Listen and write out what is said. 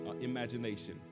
imagination